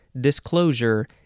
disclosure